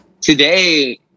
today